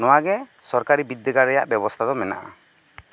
ᱱᱚᱣᱟ ᱜᱮ ᱥᱚᱨᱠᱟᱨᱤ ᱵᱤᱫᱽᱫᱟᱹᱜᱟᱲ ᱨᱮᱭᱟᱜ ᱵᱮᱵᱚᱥᱛᱟ ᱫᱚ ᱢᱮᱱᱟᱜᱼᱟ